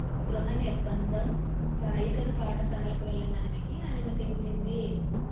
గృహనిర్బంధం బాలికను పాఠశాలకు వెళ్ళనానికి అనుమతించింది